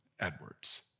Edwards